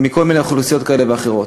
מכל מיני אוכלוסיות כאלה ואחרות,